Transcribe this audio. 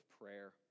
prayer